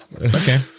Okay